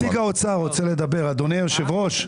נציג האוצר רוצה לדבר, אדוני היושב ראש.